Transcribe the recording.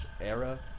era